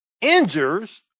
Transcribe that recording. injures